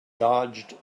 dodged